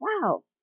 wow